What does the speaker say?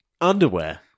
underwear